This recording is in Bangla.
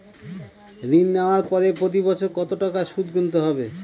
ঋণ নেওয়ার পরে প্রতি বছর কত টাকা সুদ গুনতে হবে?